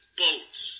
boats